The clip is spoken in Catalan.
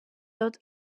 tot